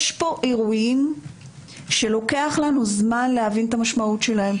יש פה אירועים שלוקח לנו זמן להבין את המשמעות שלהם.